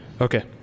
Okay